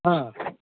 हा